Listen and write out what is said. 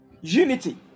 Unity